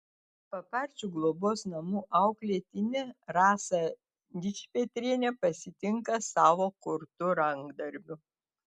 paparčių globos namų auklėtinė rasą dičpetrienę pasitinka savo kurtu rankdarbiu